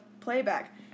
playback